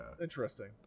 Interesting